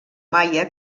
maia